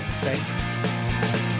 Thanks